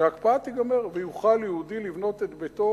שההקפאה תיגמר ויוכל יהודי לבנות את ביתו